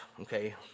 okay